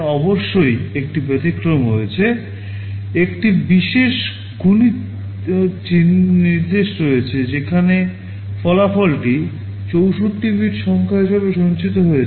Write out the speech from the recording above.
অবশ্যই একটি ব্যতিক্রম আছে একটি বিশেষ গুণিত নির্দেশ রয়েছে যেখানে ফলাফলটি 64 বিট সংখ্যা হিসাবে সঞ্চিত রয়েছে